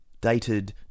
dated